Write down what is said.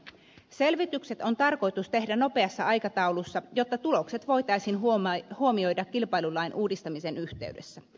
selvitykset on tarkoitus tehdä nopeassa aikataulussa jotta tulokset voitaisiin huomioida kilpailulain uudistamisen yhteydessä